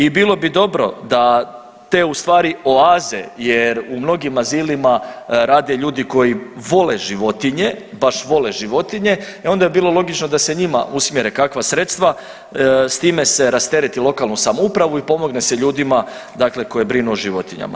I bilo bi dobro da te u stvari oaze jer u mnogim azilima rade ljudi koji vole životinje, baš vole životinje, e onda bi bilo logično da se njima usmjere kakva sredstva, s time se rastereti lokalnu samoupravu i pomogne se ljudima dakle koji brinu o životinja.